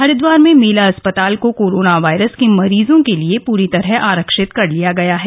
हरिद्वार में मेला अस्पताल को कोराना वायरस के मरीजों के लिए पूरी तरह आरक्षित कर लिया गया है